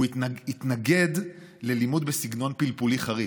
הוא התנגד ללימוד בסגנון פלפולי חריף.